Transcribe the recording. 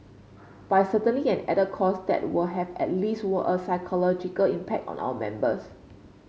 but it's certainly an added cost that would have at least were a psychological impact on our members